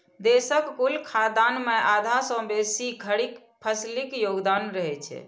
देशक कुल खाद्यान्न मे आधा सं बेसी खरीफ फसिलक योगदान रहै छै